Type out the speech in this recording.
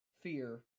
fear